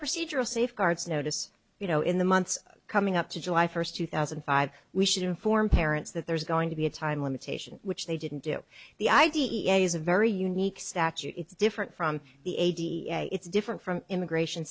procedural safeguards notice you know in the months coming up to july first two thousand and five we should inform parents that there's going to be a time limitation which they didn't do the i d e a is a very unique statute it's different from the eighty it's different from immigration